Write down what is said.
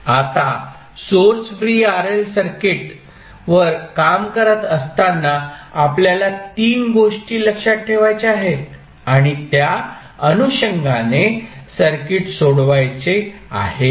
आता source free RL सर्किटवर काम करत असताना आपल्याला 3 गोष्टी लक्षात ठेवायच्या आहेत आणि त्या अनुषंगाने सर्किट सोडवायचे आहे